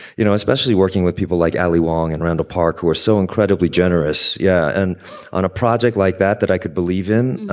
you know, especially working with people like ali wong and randall park, who are so incredibly generous. yeah. and on a project like that that i could believe in.